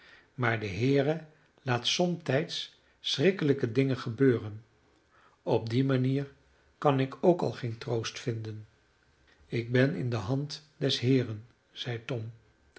maar de heere laat somtijds schrikkelijke dingen gebeuren op die manier kan ik ook al geen troost vinden ik ben in de hand des heeren zeide tom